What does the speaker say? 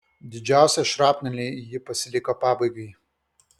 didžiausią šrapnelį ji pasiliko pabaigai